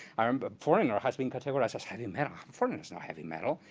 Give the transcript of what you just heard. um but foreigner has been categorized as heavy metal. foreigner is not heavy metal.